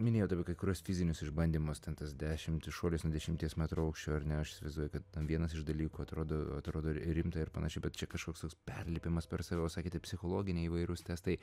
minėjot apie kai kuriuos fizinius išbandymus ten tas dešimtį šuolius nuo dešimties metrų aukščio ar ne aš įsivaizduoju kad vienas iš dalykų atrodo atrodo rimta ir panašiai bet čia kažkoks perlipimas per save o sakėte psichologiniai įvairūs testai